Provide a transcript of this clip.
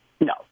No